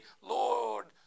Lord